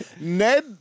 Ned